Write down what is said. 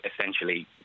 essentially